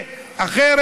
אחרת,